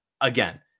again